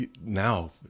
Now